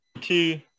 two